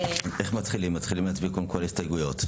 מתחילים להצביע על ההסתייגויות.